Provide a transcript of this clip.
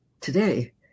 today